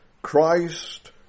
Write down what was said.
Christ